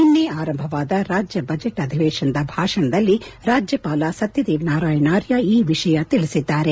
ನಿನ್ನೆ ಆರಂಭವಾದ ರಾಜ್ಯ ಬಜೆಟ್ ಅಧಿವೇಶನದ ಭಾಷಣದಲ್ಲಿ ರಾಜ್ಯಪಾಲ ಸತ್ತದೇವ್ ನಾರಾಯಣ್ ಆರ್ಯ ಈ ವಿಷಯ ತಿಳಿಸಿದ್ದಾರೆ